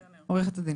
כן, עו"ד קרנר.